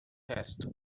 resto